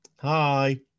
Hi